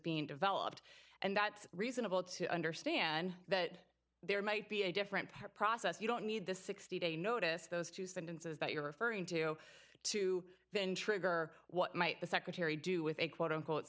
being developed and that reasonable to understand that there might be a different process you don't need the sixty day notice those two sentences that you're referring to to then trigger what might the secretary do with a quote unquote